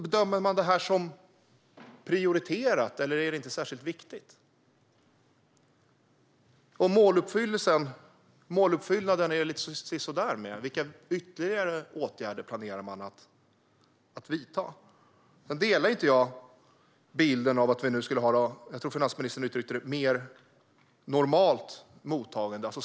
Bedömer man det här som prioriterat, eller är det inte särskilt viktigt? Måluppfyllelsen är det lite sisådär med. Vilka ytterligare åtgärder planerar man att vidta? Jag delar inte finansministerns bild att vi nu skulle ha ett mer "normalt" mottagande.